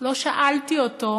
לא שאלתי אותו: